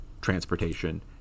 transportation